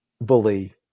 bully